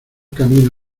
camino